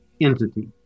entity